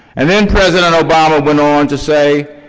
and then president obama went on to say,